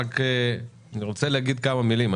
רק אני רוצה להגיד כמה מילים.